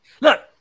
Look